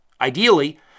ideally